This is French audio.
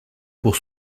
pour